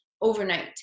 overnight